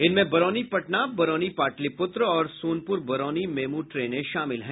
जिनमें बरौनी पटना बरौनी पाटलिपुत्र और सोनपुर बरौनी मेमू ट्रेनें शामिल हैं